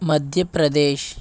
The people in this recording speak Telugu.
మధ్యప్రదేశ్